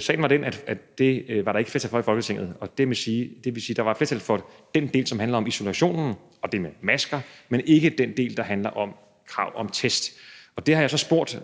Sagen var den, at det var der ikke flertal for i Folketinget. Det vil sige, at der var et flertal for den del, som handler om isolationen og det med masker, men ikke for den del, der handler om krav om test. Det har jeg så spurgt